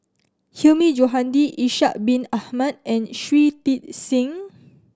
Hilmi Johandi Ishak Bin Ahmad and Shui Tit Sing